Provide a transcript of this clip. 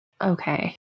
Okay